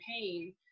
pain